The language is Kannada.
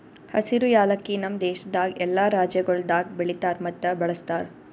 ಹಸಿರು ಯಾಲಕ್ಕಿ ನಮ್ ದೇಶದಾಗ್ ಎಲ್ಲಾ ರಾಜ್ಯಗೊಳ್ದಾಗ್ ಬೆಳಿತಾರ್ ಮತ್ತ ಬಳ್ಸತಾರ್